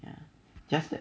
ya just that